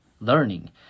learning